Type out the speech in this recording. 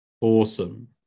awesome